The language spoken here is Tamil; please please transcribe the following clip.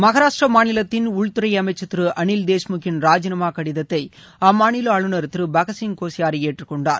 மகாராஷ்டிரா மாநிலத்தின் உள்துறை அமைச்சர் திரு அளில் தேஷ்முக்கின் ராஜினாமா கடிதத்தை அம்மாநில ஆளுநர் திரு பகத்சிங் கோஷியாரி ஏற்றுக்கொண்டார்